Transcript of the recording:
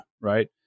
right